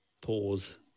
Pause